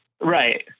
Right